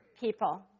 people